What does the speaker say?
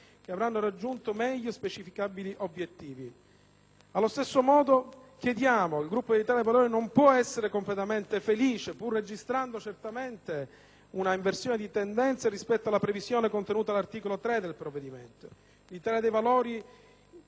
che avranno raggiunto meglio specificabili obbiettivi. Allo stesso modo, il Gruppo Italia dei Valori non può essere completamente felice, pur registrando certamente una inversione di tendenza, rispetto alla previsione contenuta all'articolo 3 del provvedimento. Il mio